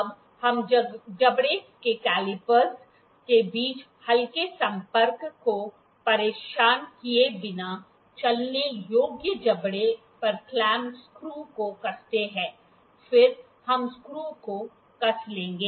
अब हम जबड़े में कैलिपर्स के बीच हल्के संपर्क को परेशान किए बिना चलने योग्य जबड़े पर क्लैंप स्क्रू को कसते हैं फिर हम स्क्रू को कस लेंगे